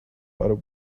other